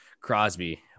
Crosby